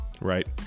Right